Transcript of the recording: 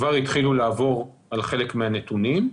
כבר התחילו לעבור על חלק מהנתונים,